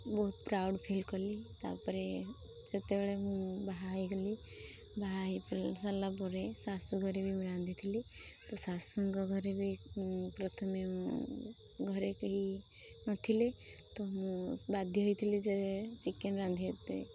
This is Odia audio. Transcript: ବହୁତ ପ୍ରାଉଡ଼୍ ଫିଲ୍ କଲି ତା'ପରେ ସେତେବେଳେ ମୁଁ ବାହା ହେଇଗଲି ବାହାହେଇ ସାରିଲା ପରେ ଶାଶୂ ଘରେ ବି ମୁଁ ରାନ୍ଧିଥିଲି ତ ଶାଶୂଙ୍କ ଘରେ ବି ମୁଁ ପ୍ରଥମେ ମୁଁ ଘରେ କେହି ନଥିଲେ ତ ମୁଁ ବାଧ୍ୟ ହେଇଥିଲି ଯେ ଚିକେନ୍ ରାନ୍ଧି ତେ